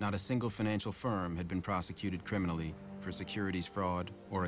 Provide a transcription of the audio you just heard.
not a single financial firm had been prosecuted criminally for securities fraud or